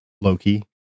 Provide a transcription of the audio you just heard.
Loki